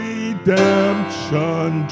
Redemption